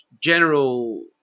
general